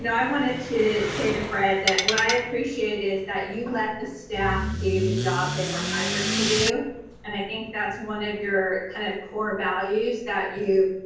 and i wanted to say to fred that what i appreciate is that you let the staff do the job they were hired to do and i think that's one of your kind of core values, that you